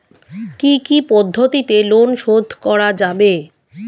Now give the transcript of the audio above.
কি কি পদ্ধতিতে লোন শোধ করা যাবে?